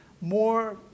more